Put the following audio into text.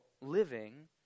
living